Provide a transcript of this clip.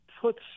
puts